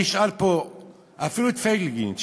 תשאל פה אפילו את פייגלין,